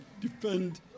defend